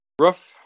rough